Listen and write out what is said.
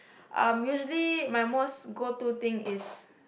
um usually my most go to thing is